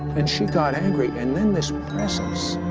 and she got angry. and then this,